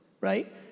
right